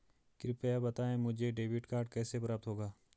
कृपया बताएँ मुझे डेबिट कार्ड कैसे प्राप्त होगा?